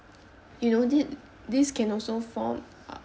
you know th~ this can also form uh